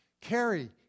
carry